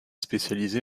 spécialisé